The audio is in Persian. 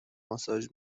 ماساژ